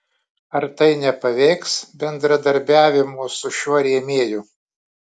ar tai nepaveiks bendradarbiavimo su šiuo rėmėju